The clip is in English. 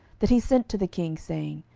that he sent to the king, saying,